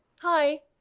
hi